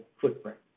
footprint